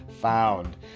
found